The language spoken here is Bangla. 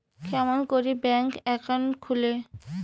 কেমন করি ব্যাংক একাউন্ট খুলে?